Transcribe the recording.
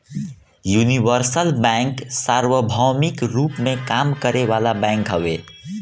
universal bank सार्वभौमिक रूप में काम करे वाला बैंक हवे